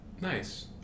Nice